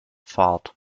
fahrt